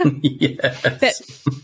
Yes